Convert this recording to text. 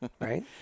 Right